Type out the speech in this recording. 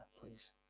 please